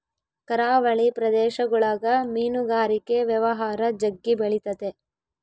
ಕರಾವಳಿ ಪ್ರದೇಶಗುಳಗ ಮೀನುಗಾರಿಕೆ ವ್ಯವಹಾರ ಜಗ್ಗಿ ಬೆಳಿತತೆ